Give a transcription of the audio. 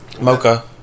Mocha